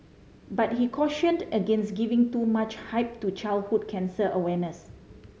but he cautioned against giving too much hype to childhood cancer awareness